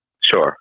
Sure